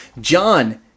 John